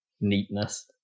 neatness